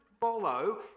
follow